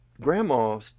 grandma